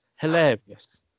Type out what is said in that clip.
Hilarious